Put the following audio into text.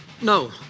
No